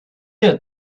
had